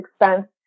expense